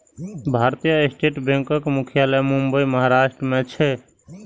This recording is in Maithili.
भारतीय स्टेट बैंकक मुख्यालय मुंबई, महाराष्ट्र मे छै